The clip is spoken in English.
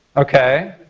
ok,